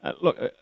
Look